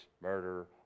murder